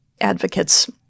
advocates